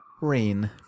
Rain